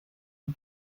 the